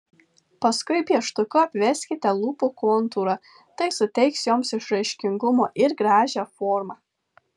paskui pieštuku apveskite lūpų kontūrą tai suteiks joms išraiškingumo ir gražią formą